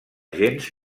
gens